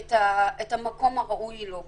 את המקום הראוי לה,